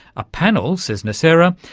a panel, says nocera,